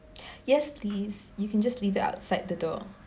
yes please you can just leave it outside the door